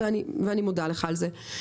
ואני מודה לך על זה.